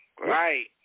Right